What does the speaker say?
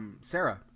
Sarah